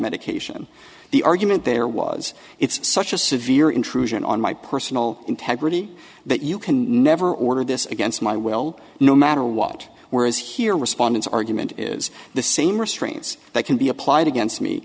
medication the argument there was it's such a severe intrusion on my personal integrity that you can never order this against my will no matter what whereas here respondants argument is the same restraints that can be applied against me